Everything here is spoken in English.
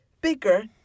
bigger